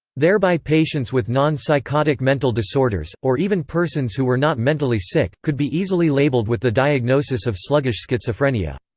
thereby patients with non-psychotic mental disorders, or even persons who were not mentally sick, could be easily labelled with the diagnosis of sluggish schizophrenia.